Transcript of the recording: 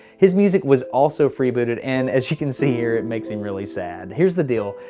his music was also freebooted and as you can see here it makes him really sad. here's the deal.